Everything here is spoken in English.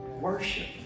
Worship